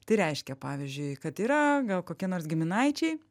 tai reiškia pavyzdžiui kad yra gal kokie nors giminaičiai